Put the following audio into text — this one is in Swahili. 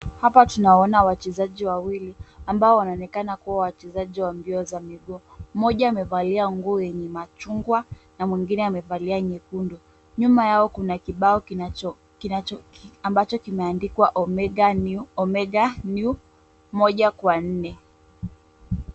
Hapa tunaona wachezaji wawili ambao wanaonekana kuwa wachezaji wa mbio za miguu. Mmoja amevalia nguo yenye machungwa na mwingine amevalia nyekundu. Nyuma yao kuna kibao ambacho kimeandikwa Omega New moja kwa nne.